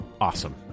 awesome